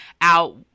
out